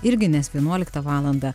irgi nes vienuoliktą valandą